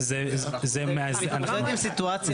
ל-30%?